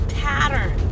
pattern